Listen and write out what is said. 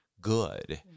good